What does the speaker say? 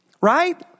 right